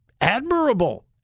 admirable